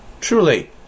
Truly